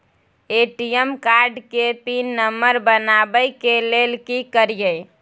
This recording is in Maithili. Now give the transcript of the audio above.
ए.टी.एम कार्ड के पिन नंबर बनाबै के लेल की करिए?